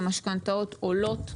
והמשכנתאות עולות.